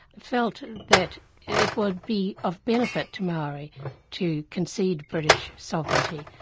felt that it would be of benefit to maori to concede british sovereignty,